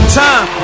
time